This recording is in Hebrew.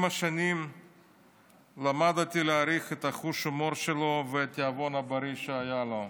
עם השנים למדתי להעריך את חוש ההומור שלו ואת התיאבון הבריא שהיה לו.